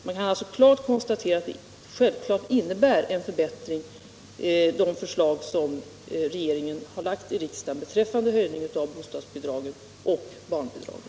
Man kan alltså konstatera att de förslag om höjning av bostadsbidragen och barnbidragen som regeringen framlagt för riksdagen innebär en klar förbättring.